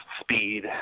speed